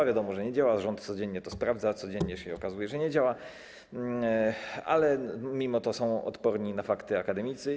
A wiadomo, że nie działa, rząd codziennie to sprawdza, codziennie się okazuje, że nie działa, ale mimo to są odporni na fakty akademicy.